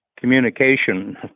communication